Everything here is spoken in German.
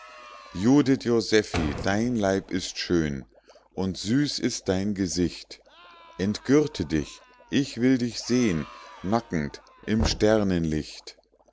judith josephi dein leib ist schön und süß ist dein gesicht entgürte dich ich will dich seh'n nackend im sternenlicht